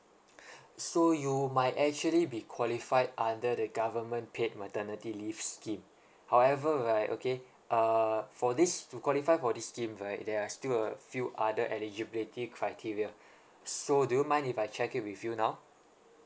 so you might actually be qualified under the government paid maternity leave scheme however right okay uh for this to qualify for this scheme right there are still a few other eligibility criteria so do you mind if I check it with you now